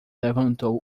levantou